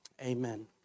amen